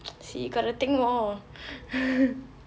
see you got to think more